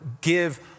give